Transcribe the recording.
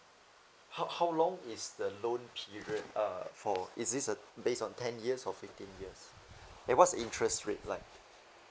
how how long is the loan period uh for is this uh based on ten years or fifteen years and what's the interest rate like